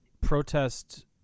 protest